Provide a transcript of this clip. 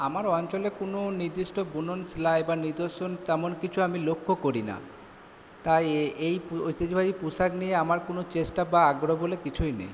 আমার অঞ্চলে কোনো নির্দিষ্ট বুনন সেলাই বা নিদর্শন তেমন কিছু আমি লক্ষ্য করি না তাই এই ঐতিহ্যবাহী পোশাক নিয়ে আমার কোনো চেষ্টা বা আগ্রহ বলে কিছুই নেই